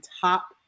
top